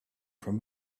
from